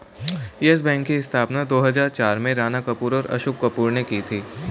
yes Bank की स्थापना दो हजार चार में राणा कपूर और अशोक कपूर ने की थी